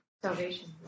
salvation